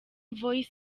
voice